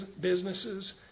businesses